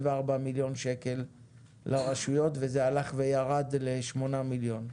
מיליון שקל לרשויות וזה הלך וירד עד לשמונה מיליון.